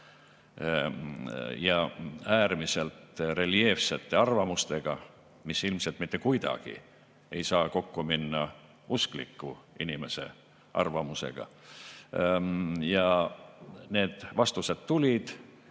ja äärmiselt reljeefsete arvamustega, mis ilmselt mitte kuidagi ei saa kokku minna uskliku inimese arvamusega. Vastused tulid